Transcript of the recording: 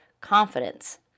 confidence